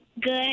Good